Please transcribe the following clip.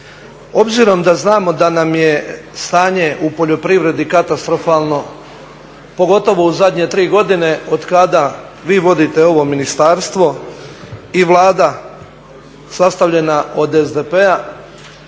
Obzirom da znamo da nam je stanje u poljoprivredi katastrofalno pogotovo u zadnje tri godine od kada vi vodite ovo ministarstvo i Vlada sastavljena od SDP-a